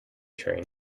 train